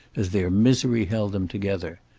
as their misery held them together.